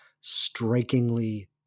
strikingly